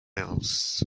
else